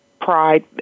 pride